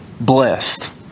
blessed